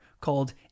called